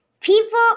people